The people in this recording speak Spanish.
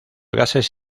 gases